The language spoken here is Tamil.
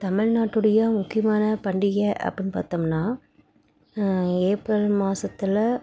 தமிழ்நாட்டுனுடைய முக்கியமான பண்டிகை அப்பிடின்னு பார்த்தோம்னா ஏப்ரல் மாசத்தில்